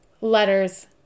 letters